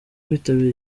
kwitabira